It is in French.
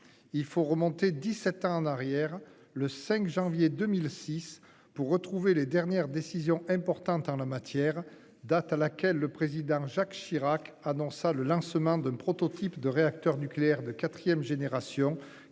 Il faut remonter 17 ans en arrière, le 5 janvier 2006 pour retrouver les dernières décisions importantes en la matière date à laquelle le président Jacques Chirac, annonça le lancement d'un prototype de réacteur nucléaire de 4ème génération